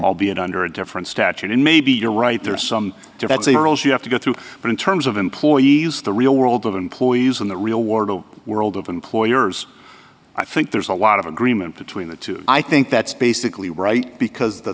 albeit under a different statute and maybe you're right there are some to that same rules you have to go through but in terms of employees the real world of employees in the real wardo world of employers i think there's a lot of agreement between the two i think that's basically right because the